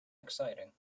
exciting